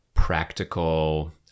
practical